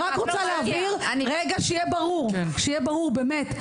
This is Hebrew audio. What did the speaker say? רגע, שיהיה ברור, באמת.